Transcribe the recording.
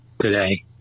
today